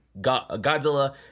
Godzilla